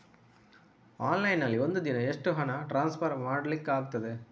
Online ನಲ್ಲಿ ಒಂದು ದಿನ ಎಷ್ಟು ಹಣ ಟ್ರಾನ್ಸ್ಫರ್ ಮಾಡ್ಲಿಕ್ಕಾಗ್ತದೆ?